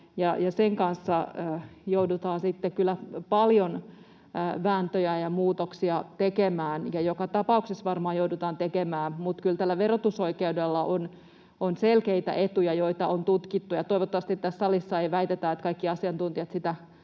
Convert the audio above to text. sen kanssa joudutaan sitten kyllä paljon vääntöjä ja muutoksia tekemään — ja joka tapauksessa varmaan joudutaan tekemään, mutta kyllä tällä verotusoikeudella on selkeitä etuja, joita on tutkittu, ja toivottavasti tässä salissa ei väitetä, että kaikki asiantuntijat sitä